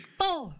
four